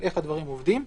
איך הדברים עובדים.